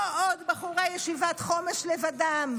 לא עוד בחורי ישיבת חומש לבדם,